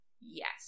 yes